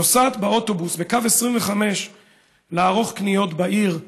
נוסעת באוטובוס בקו 25 לערוך קניות בעיר,